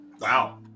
Wow